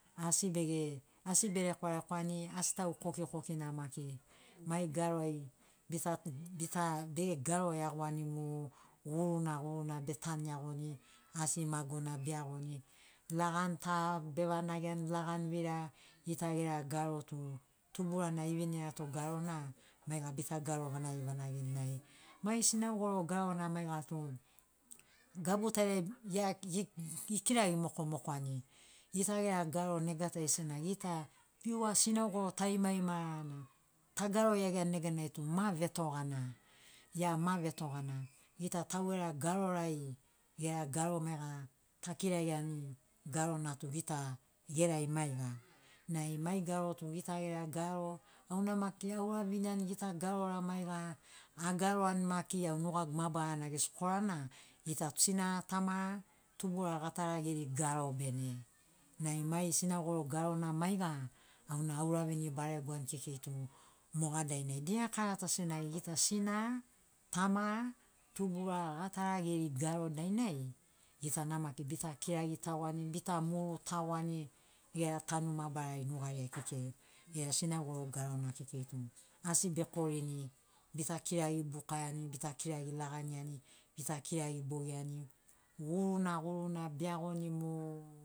Asi bege asi berekwarekwani asi tau kokikokina maki mai garo ai bita bita be garoiagoni mu guruna guruna betanu iagoni asi magona beagoni lagani ta bevanagiani lagani vira gita gera garo tu tuburana evinirato garona maiga bita garo vanagivanagini nai mai sinaugoro garona maiga tu gabu tariai ekiragi mokomokoani gita gera garo negatai senagi gita piua sinaugoro tarimarimara na ta garoiagiani tu ma vetogana ia ma vetogana gita taugera garorai gera garo maiga takirariani garona tu gita gerai maiga nai mai garo tu gita gera garo auna maki aura viniani gita garora maiga agaroani maki au nugagu mabarana gesi korana gita tu sinara tamara tubura gatara geri garo ben nai mai sinaugoro garona maiga auna auravini baregoani kekei tu moga dainai dia karata senagi gita sinara tamara tubura gatara geri garo dainai gitana maki bita kirari tagoani bita muru tagoani gera tanu mabarari nugariai kekei gera sinaugoro garona kekei tu moga asi bekorini bita kirari bukaiani bita kirari laganiani bita kirari bogiani guruna guruna beagoni mu